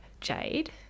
Jade